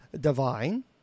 divine